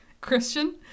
Christian